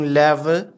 level